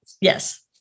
Yes